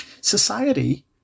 Society